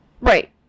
Right